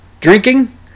Drinking